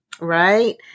right